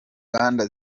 rwanda